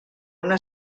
una